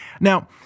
Now